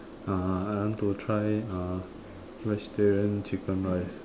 uh I want to try uh vegetarian chicken rice